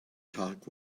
talk